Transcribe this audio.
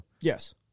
Yes